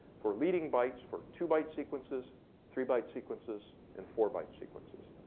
for leading bytes for two byte sequences three byte sequences and four byte sequences.